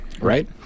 right